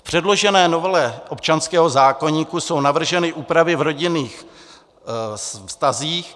V předložené novele občanského zákoníku jsou navrženy úpravy v rodinných vztazích.